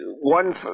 One